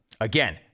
Again